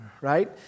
right